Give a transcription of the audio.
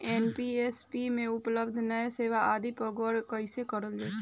NBFC में उपलब्ध अन्य सेवा आदि पर गौर कइसे करल जाइ?